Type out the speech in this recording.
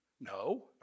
No